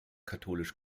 katholisch